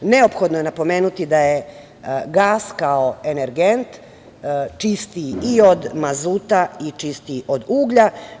Neophodno je napomenuti da je gas kao energent čistiji i od mazuta i čistiji od uglja.